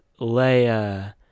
Leia